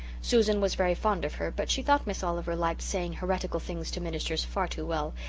susan was very fond of her but she thought miss oliver liked saying heretical things to ministers far too well,